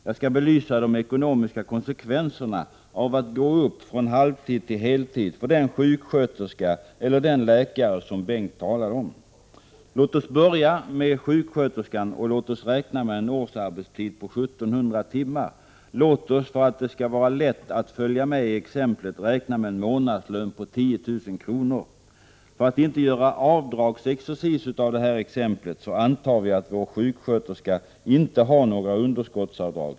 Jag skall belysa de ekonomiska konsekvenserna av att gå från halvtid till heltid för den sjuksköterska eller den läkare som Bengt Westerberg talade om. Låt oss börja med sjuksköterskan, och låt oss räkna med en årsarbetstid om 1 700 timmar. Låt oss, för att det skall vara enkelt att följa med i exemplet, räkna med en månadslön på 10 000 kr. För att inte göra avdragsexercis av exemplet antar vi att sjuksköterskan inte har några underskottsavdrag.